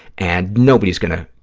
and nobody's going to